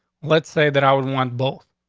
let's say that i would want both.